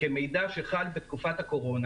כמידע שחל בתקופת הקורונה,